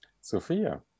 Sophia